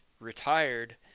retired